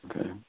Okay